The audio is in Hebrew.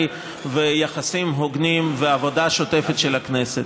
ויחסים הוגנים ועבודה שוטפת של הכנסת,